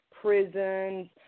prisons